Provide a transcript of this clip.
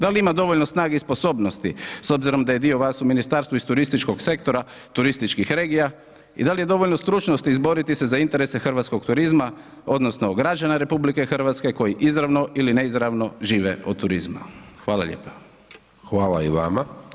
Dal' ima dovoljno snage i sposobnosti s obzirom da je dio vas u ministarstvu iz turističkog sektora turističkih regija i dal' je dovoljno stručnosti izboriti se za interese hrvatskog turizma odnosno građana RH koji izravno ili neizravno žive od turizma, hvala lijepa.